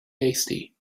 hasty